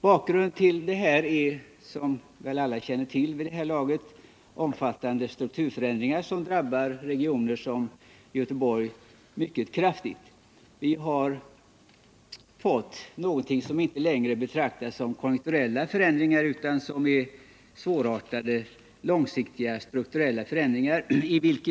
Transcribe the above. Bakgrunden till denna utveckling är, som väl alla känner till vid det här laget, omfattande strukturförändringar som drabbar regioner som Göteborg mycket kraftigt. Vi har fått förändringar som inte längre betraktas som konjunkturella utan som svårartade långsiktiga strukturella förändringar.